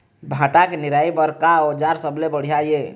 भांटा के निराई बर का औजार सबले बढ़िया ये?